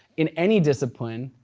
in any discipline,